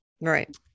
Right